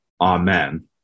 Amen